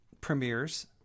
premieres